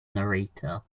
narrator